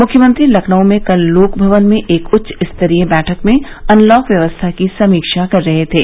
मुख्यमंत्री लखनऊ में कल लोक भवन में एक उच्च स्तरीय बैठक में अनलॉक व्यवस्था की समीक्षा कर रहे थे